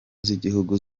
z’igihugu